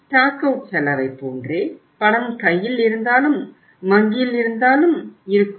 stock out செலவைப் போன்றே பணம் கையில் இருந்தாலும் வங்கியில் இருந்தாலும் இருக்கும்